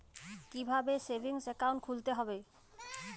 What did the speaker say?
কীভাবে savings account খুলতে হবে?